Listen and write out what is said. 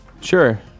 Sure